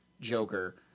Joker